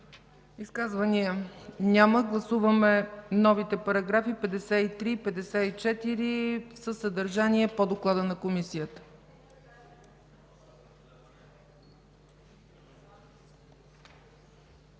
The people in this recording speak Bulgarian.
Изказвания няма. Гласуваме новите параграфи 53 и 54 със съдържание – по доклада на Комисията.